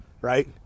Right